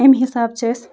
أمۍ حِسابہٕ چھِ أسۍ